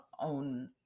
own